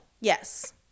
Yes